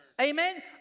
Amen